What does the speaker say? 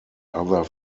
other